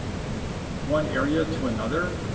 one area to another,